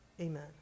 Amen